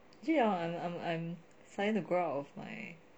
actually hor I'm I'm I'm starting to grow out of my